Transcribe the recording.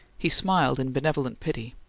he smiled in benevolent pity.